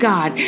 God